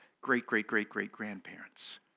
great-great-great-great-grandparents